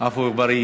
עפו אגבאריה